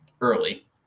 early